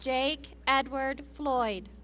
jake edward floyd